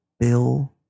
Bill